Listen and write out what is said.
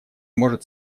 может